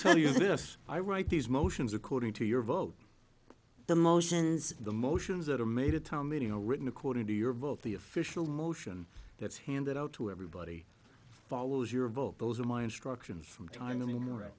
tell you this i write these motions according to your vote the motions the motions that are made at town meeting all written according to your vote the official motion that's handed out to everybody follows your vote those are my instructions from time